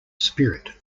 spirit